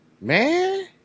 Man